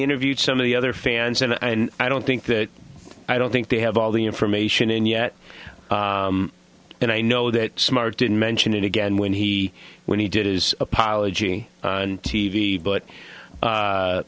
interviewed some of the other fans and i don't think that i don't think they have all the information in yet and i know that smart didn't mention it again when he when he did his apology on t v but